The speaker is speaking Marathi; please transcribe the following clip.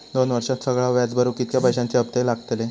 दोन वर्षात सगळा व्याज भरुक कितक्या पैश्यांचे हप्ते लागतले?